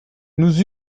nous